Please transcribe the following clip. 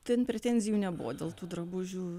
ten pretenzijų nebuvo dėl tų drabužių